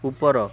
ଉପର